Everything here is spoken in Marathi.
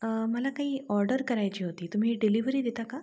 मला काही ऑर्डर करायची होती तुम्ही डिलिव्हरी देता का